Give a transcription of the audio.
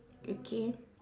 okay